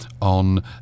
on